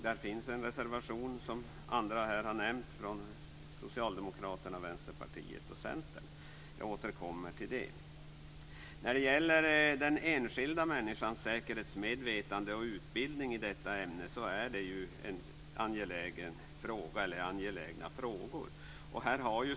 Där finns, som andra här har nämnt, en reservation från Socialdemokraterna, Vänsterpartiet och Centern. Jag återkommer till den. Den enskilda människans säkerhetsmedvetande och säkerhetsutbildning är en angelägen fråga.